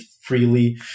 freely